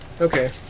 Okay